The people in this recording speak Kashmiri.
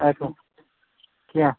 کینٛہہ